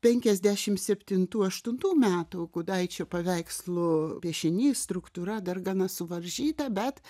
penkiasdešim septintų aštuntų metų gudaičio paveikslų piešiny struktūra dar gana suvaržyta bet